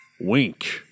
Wink